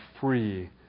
free